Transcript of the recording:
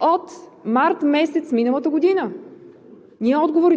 от март месец миналата година.